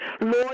Lord